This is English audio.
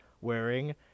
wearing